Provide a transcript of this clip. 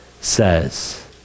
says